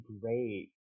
great